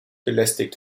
belästigt